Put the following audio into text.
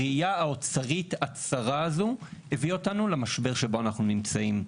הראייה האוצרית הצרה הזו הביאה אותנו למשבר שבו אנחנו נמצאים.